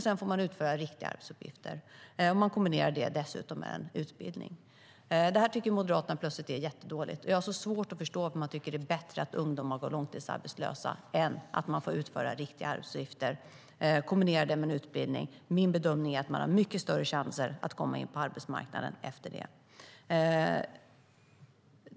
De får utföra riktiga arbetsuppgifter, och det kombineras dessutom med en utbildning. Detta tycker Moderaterna plötsligt är jättedåligt. Jag har svårt att förstå varför man tycker att det är bättre att ungdomar går långtidsarbetslösa än att de får utföra riktiga arbetsuppgifter och kombinera det med en utbildning. Min bedömning är att de har mycket större chanser att komma in på arbetsmarknaden efter detta.